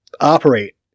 operate